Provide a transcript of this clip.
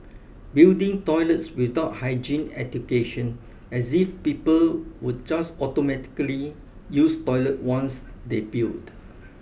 building toilets without hygiene education as if people would just automatically use toilet once they built